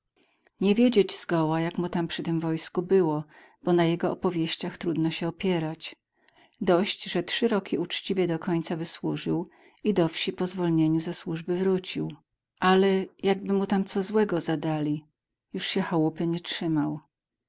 nie wiedzieć zgoła jak mu tam przy tem wojsku było bo na jego opowieściach trudno się opierać dość że trzy roki uczciwie do końca wysłużył i do wsi po zwolnieniu ze służby powrócił ale jakby mu tam co złego zadali już się chałupy nie trzymał